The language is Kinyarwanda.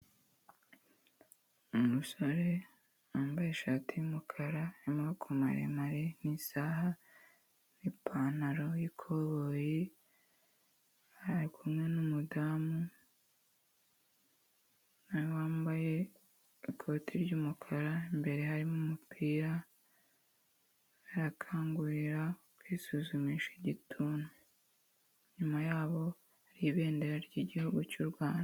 Umusore wambaye ishati y'umukara y'amaboko maremare, n'isaha n'ipantaro y'ikuboyi, ari kumwe n'umudamu na we wambaye ikoti ry'umukara, imbere harimo umupira, arakangurira kwisuzumisha igituntu. Inyuma yabo hari ibendera ryigihugu cyu Rwanda.